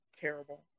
Terrible